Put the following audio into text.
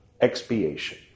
Expiation